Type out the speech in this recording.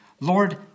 Lord